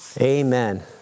amen